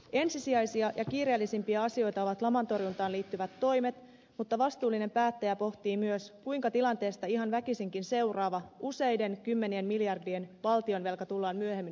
ensisijaisia ja kiireellisimpiä asioita ovat laman torjuntaan liittyvät toimet mutta vastuullinen päättäjä pohtii myös kuinka tilanteesta ihan väkisinkin seuraava useiden kymmenien miljardien valtionvelka tullaan myöhemmin maksamaan pois